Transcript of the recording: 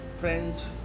friends